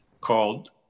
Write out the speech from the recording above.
called